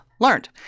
learned